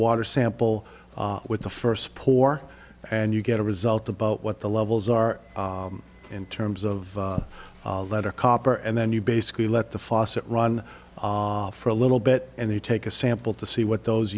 water sample with the first poor and you get a result about what the levels are in terms of letter copper and then you basically let the faucet run for a little bit and they take a sample to see what those